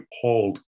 appalled